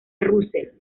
russell